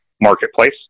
marketplace